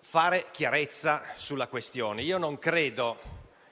faccia chiarezza sulla questione.